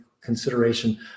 consideration